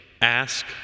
ask